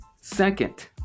Second